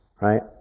right